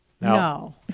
No